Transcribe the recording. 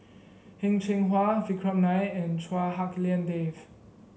Heng Cheng Hwa Vikram Nair and Chua Hak Lien Dave